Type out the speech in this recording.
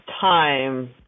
time